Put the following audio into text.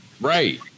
right